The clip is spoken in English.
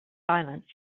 silence